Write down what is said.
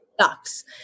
sucks